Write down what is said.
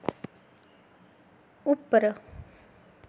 उप्पर